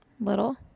Little